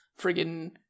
friggin